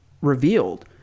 revealed